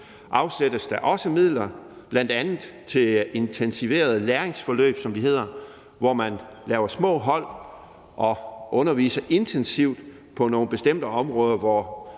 afsættes der også midler, bl.a. til intensiverede læringsforløb, som det hedder, hvor man laver små hold og underviser intensivt på nogle bestemte områder, hvor